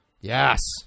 Yes